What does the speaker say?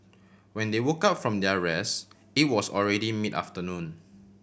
when they woke up from their rest it was already mid afternoon